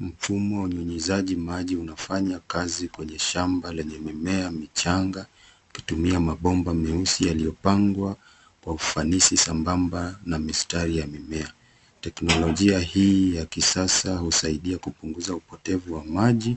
Mfumo wa unyunyizaji maji unafanya kazi kwenye shamba lenye mimea michanga ukitumia mabomba meusi yaliyopangwa kwa ufanisi sambamba na mistari ya mimea. Teknolojia hii ya kisasa husaidia kupunguza upotevu wa maji